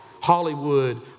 Hollywood